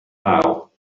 now